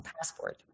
passport